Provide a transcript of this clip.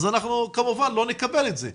אז אנחנו כמובן לא נקבל את זה.